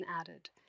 added